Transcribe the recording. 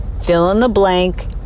fill-in-the-blank